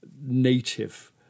native